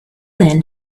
then